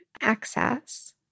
access